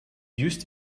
used